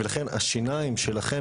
ולכן השיניים שלכם,